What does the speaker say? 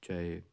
ਚਾਹੇ